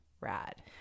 rad